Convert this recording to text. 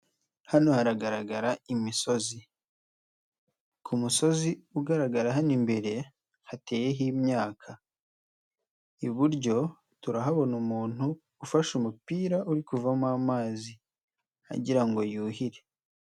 Hano haragaragara imisozi, ku musozi ugaragara hano imbere hateyeho imyaka, iburyo turahabona umuntu ufashe umupira uri kuvamo amazi agira ngo yuhire.